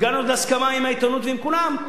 הגענו להסכמה עם העיתונות ועם כולם,